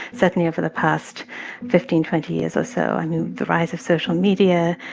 certainly over the past fifteen, twenty years or so i mean, the rise of social media,